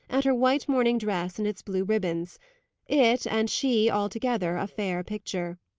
at her white morning dress and its blue ribbons it, and she altogether, a fair picture.